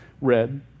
read